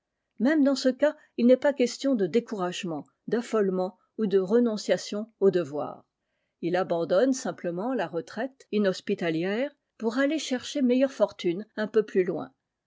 môme dans ce cas il n'est pas question de découragement d'affolement ou de renonciation au devoir il abandonne simplement la retraite inhospitalière pour aller chercher meilleure fortune un peu plus loin